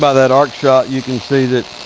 but that arc shot you can see that,